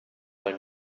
mal